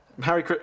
Harry